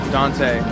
Dante